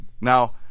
Now